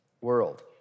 world